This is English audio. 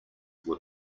were